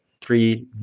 Three